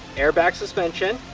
airbag suspension,